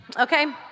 Okay